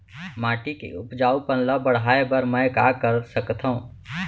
माटी के उपजाऊपन ल बढ़ाय बर मैं का कर सकथव?